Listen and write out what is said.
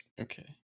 Okay